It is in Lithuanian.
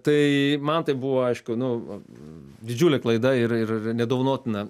tai man tai buvo aišku nu didžiulė klaida ir ir nedovanotina